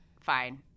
fine